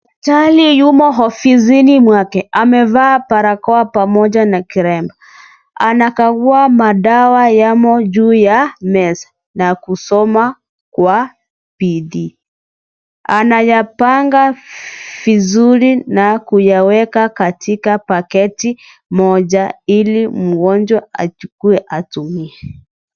Daktari yumo ofisini mwake, amevaa barakoa pamoja na kilema. Anakagua madawa yamo juu ya meza na kusoma kwa bidii. Anayapanga vizuri na kuyaweka katika pakiti moja ili mgonjwa achukue atumie.